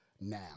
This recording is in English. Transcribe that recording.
now